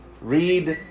read